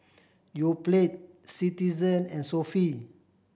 Yoplait Citizen and Sofy